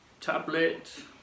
tablet